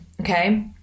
Okay